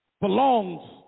belongs